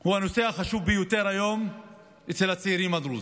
הוא הנושא החשוב ביותר היום אצל הצעירים הדרוזים,